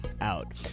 out